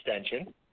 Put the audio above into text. extension